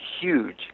huge